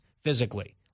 physically